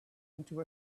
into